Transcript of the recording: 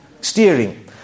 steering